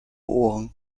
ohren